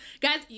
Guys